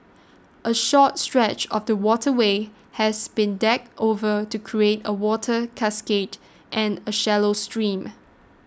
a short stretch of the waterway has been decked over to create a water cascade and a shallow stream